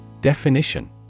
Definition